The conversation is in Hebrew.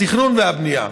התכנון והבנייה,